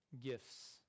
gifts